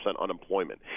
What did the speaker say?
unemployment